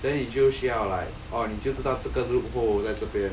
then 你就需要 like 哦你就知道这个 loophole 在这边